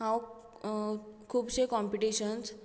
हांव अं खुबशे काँपिटीशन्स